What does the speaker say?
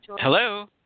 Hello